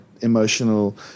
emotional